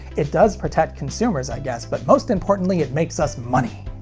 it does protect consumers, i guess, but most importantly it makes us money!